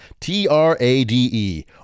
TRADE